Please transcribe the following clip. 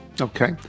Okay